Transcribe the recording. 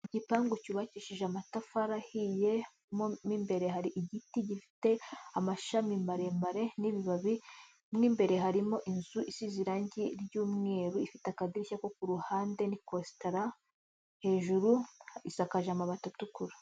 Igipangu cyubakishije amatafari ahiye, mw'imbere hari igiti gifite amashami maremare n'ibibabi, n'imbere harimo inzu isize irangi ry'umweru ifite akadirishya ko kuhande na kostara, hejuru isakaje amabati atukura.